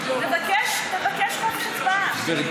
תבקש חופש הצבעה.